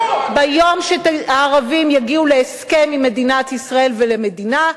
ביום שהערבים יגיעו להסכם עם מדינת ישראל ולמדינה,